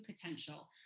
potential